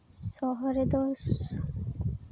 ᱥᱚᱦᱚᱨ ᱨᱮᱫᱚ